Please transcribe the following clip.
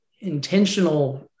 intentional